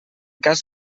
cas